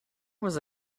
was